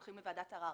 הולכים לוועדת ערר.